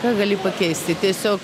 ką gali pakeisti tiesiog